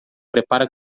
prepara